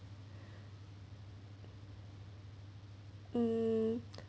um